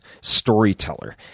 storyteller